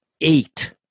eight